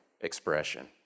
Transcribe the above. expression